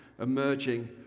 emerging